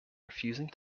refusing